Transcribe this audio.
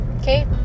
okay